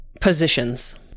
positions